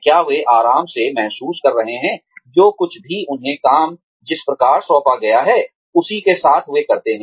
क्या वे आराम से महसूस कर रहे हैं जो कुछ भी उन्हें काम जिस प्रकार सौंपा गया है उसी के साथ वे करते हैं